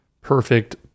perfect